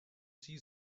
see